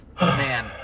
Man